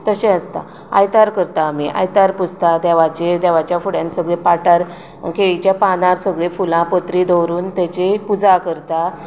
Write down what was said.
तशें आसता आयतार करता आमी आयतार पुजता देवाचे देवाच्या फुड्यान सगळें पाटार केळीच्या पानार सगळीं फुलां पत्री दवरून ताची पुजा करता